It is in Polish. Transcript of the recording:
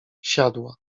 siadła